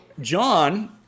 John